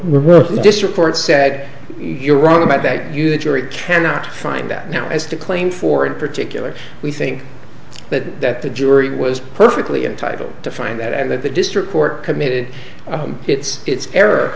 working this report said you're wrong about that you the jury cannot find that now as to claim four in particular we think that that the jury was perfectly entitled to find that and that the district court committed its its error